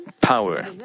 power